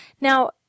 Now